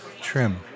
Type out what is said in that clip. Trim